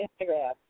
Instagram